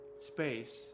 space